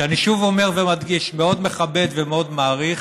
ואני שוב אומר ומדגיש: שאני מאוד מכבד ומאוד מעריך,